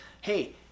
hey